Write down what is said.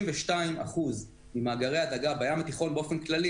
62% ממאגרי הדגה בים התיכון באופן כללי,